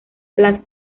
las